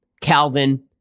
Calvin